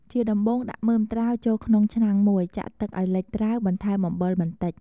ជាដំបូង ដាក់មើមត្រាវចូលក្នុងឆ្នាំងមួយ ចាក់ទឹកឱ្យលិចត្រាវ បន្ថែមអំបិលបន្តិច។